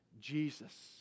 Jesus